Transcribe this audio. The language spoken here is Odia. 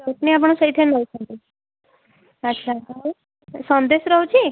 ଚଟନୀ ଆପଣ ସେଇଥିରେ ନେଉଛନ୍ତି ଆଚ୍ଛା ଆଉ ସନ୍ଦେଶ ରହୁଛି